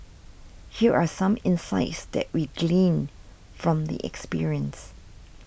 here are some insights that we gleaned from the experience